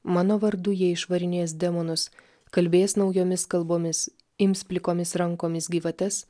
mano vardu jie išvarinės demonus kalbės naujomis kalbomis ims plikomis rankomis gyvates